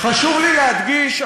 חשוב לי להדגיש,